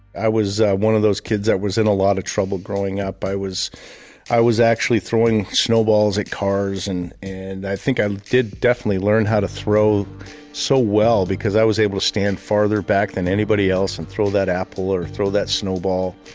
i was one of those kids that was in a lot of trouble growing up i was i was actually throwing snowballs at cars. and and i think i did definitely learn how to throw so well because i was able to stand farther back than anybody else and throw that apple, or throw that snowball,